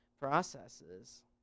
processes